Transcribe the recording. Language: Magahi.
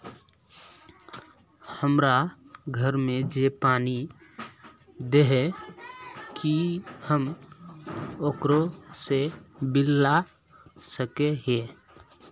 हमरा घर में जे पानी दे है की हम ओकरो से बिल ला सके हिये?